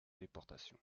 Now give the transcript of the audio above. déportation